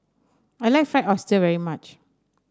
I like Fried Oyster very much